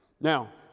Now